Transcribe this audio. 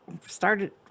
started